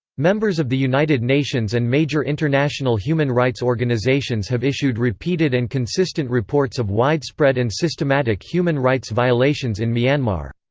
members of the united nations and major international human rights organisations have issued repeated and consistent reports of widespread and systematic human rights violations in myanmar.